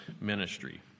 ministry